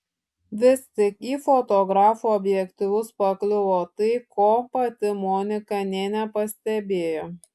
vis tik į fotografų objektyvus pakliuvo tai ko pati monika nė nepastebėjo